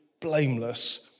blameless